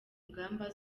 ngamba